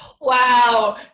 Wow